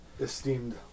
esteemed